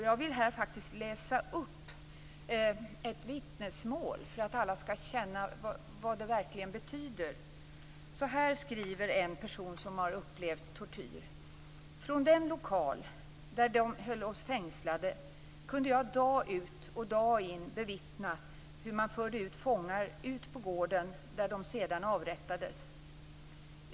Jag vill här läsa upp ett vittnesmål för att alla skall känna vad det verkligen betyder. Så här skriver en person som har upplevt tortyr: "Från den lokal, där de höll oss fängslade, kunde jag dag ut och dag in bevittna hur man förde ut fångar ut på gården där de sedan avrättades.